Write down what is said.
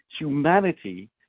humanity